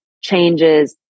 changes